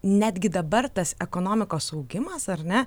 netgi dabar tas ekonomikos augimas ar ne